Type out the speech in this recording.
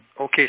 Okay